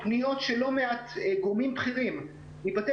פניות של לא מעט גורמים בכירים מבתי